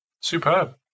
Superb